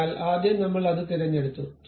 അതിനാൽ ആദ്യം നമ്മൾ അത് തിരഞ്ഞെടുത്തു